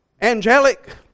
angelic